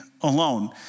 alone